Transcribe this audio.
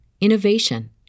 innovation